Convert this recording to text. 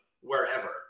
wherever